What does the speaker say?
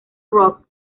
rock